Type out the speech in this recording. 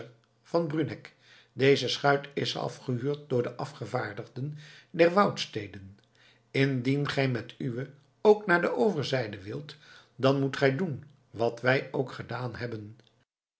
van bruneck deze schuit is afgehuurd door de afgevaardigden der woudsteden indien gij met de uwen ook naar de overzijde wilt dan moet gij doen wat wij ook gedaan hebben